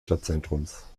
stadtzentrums